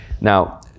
now